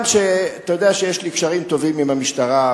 אתה יודע שיש לי קשרים טובים עם המשטרה,